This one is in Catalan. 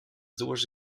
dues